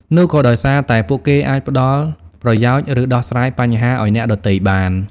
នោះក៏ដោយសារតែពួកគេអាចផ្តល់ប្រយោជន៍ ឬដោះស្រាយបញ្ហាឱ្យអ្នកដទៃបាន។